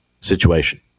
situation